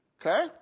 Okay